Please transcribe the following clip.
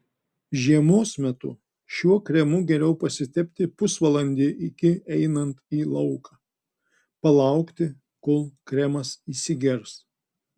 žiemos metu šiuo kremu geriau pasitepti pusvalandį iki einant į lauką palaukti kol kremas įsigers